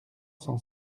cent